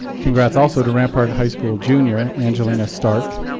congrats also to rampart high school junior angelina stark